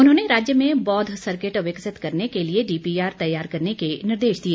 उन्होंने राज्य में बौध सर्किट विकसित करने के लिए डीपीआर तैयार करने के निर्देश दिए